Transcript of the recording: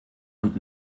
und